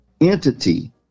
entity